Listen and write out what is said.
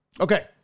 Okay